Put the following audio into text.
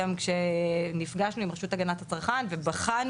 גם כשנפגשנו עם רשות הגנת הצרכן ובחנו